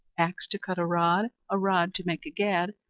axe to cut a rod, a rod to make a gad,